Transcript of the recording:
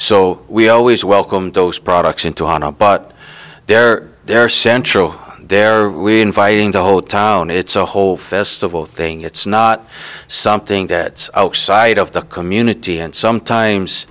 so we always welcome those products into an a but they're their central their we inviting the whole town it's a whole festival thing it's not something that's outside of the community and